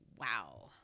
wow